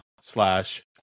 slash